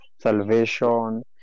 salvation